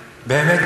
באמת,